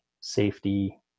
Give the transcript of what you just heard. safety